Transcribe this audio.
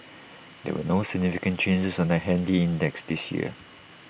there were no significant changes on the handy index this week